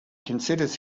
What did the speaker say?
considers